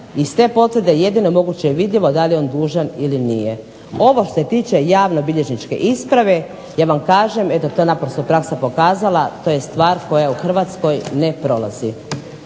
iz te potvrde jedino moguće je vidljivo da li je on dužan ili nije. Ovo što se tiče javno-bilježničke isprave ja vam kažem, eto to je naprosto praksa pokazala, to je stvar koja u Hrvatskoj ne prolazi.